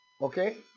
Okay